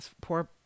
poor